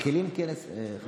תכף תשמע אותי, תבין.